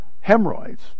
hemorrhoids